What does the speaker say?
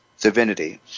divinity